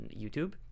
youtube